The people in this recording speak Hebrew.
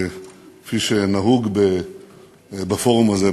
כפי שנהוג בפורום הזה,